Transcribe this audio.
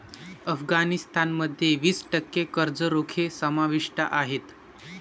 अफगाणिस्तान मध्ये वीस टक्के कर्ज रोखे समाविष्ट आहेत